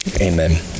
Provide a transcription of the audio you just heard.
amen